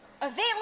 available